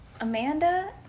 Amanda